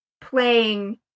playing